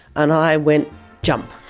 and i went jump,